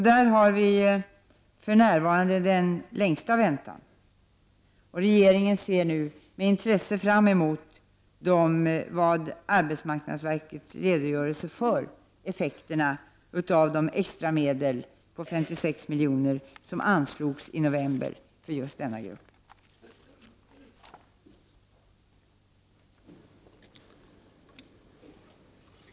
Där har vi för närvarande de längsta väntetiderna. Regeringen ser med intresse fram emot AMS redogörelse för effekterna av de extra medel på 56 milj.kr. som anslogs i november för just denna grupp flyktingar.